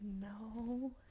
No